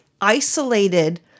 isolated